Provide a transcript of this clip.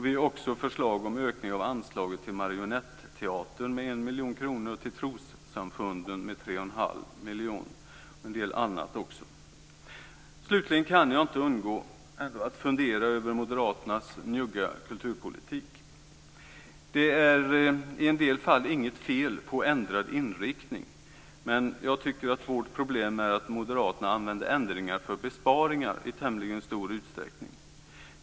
Vi har också förslag om ökning av anslaget till Marionetteatern med 1 miljon kronor och till trossamfunden med 3 1⁄2 miljoner kronor - och en hel del annat. Jag kan inte undgå att fundera över moderaternas njugga kulturpolitik. Det är i en del fall inget fel i en ändrad inriktning, men jag tycker att problemet är att moderaterna använder ändringar för besparingar i tämligen stor utsträckning.